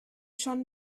schon